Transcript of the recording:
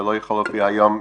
שלא יכול היה להופיע היום,